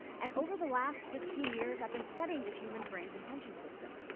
and over the last fifteen years, i've been studying the human brain's attention system.